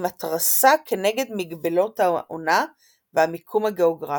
עם התרסה כנגד מגבלות העונה והמיקום הגאוגרפי.